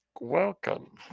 Welcome